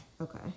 Okay